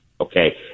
Okay